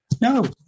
No